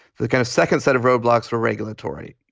the kind of second set of roadblocks for regulatory.